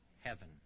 heaven